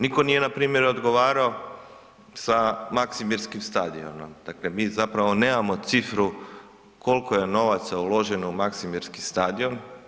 Nitko nije npr. odgovarao sa Maksimirskim stadionom, dakle mi zapravo nemamo cifru koliko je novaca uloženo u Maksimirski stadion.